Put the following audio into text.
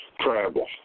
travel